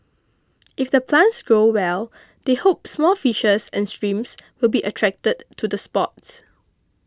if the plants grow well they hope small fishes and shrimps will be attracted to the spot